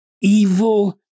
evil